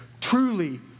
Truly